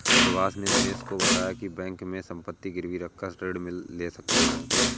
सुभाष ने दिनेश को बताया की बैंक में संपत्ति गिरवी रखकर ऋण ले सकते हैं